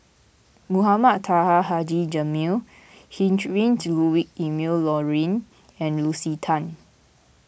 Mohamed Taha Haji Jamil Heinrich Ludwig Emil Luering and Lucy Tan